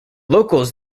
locals